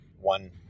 one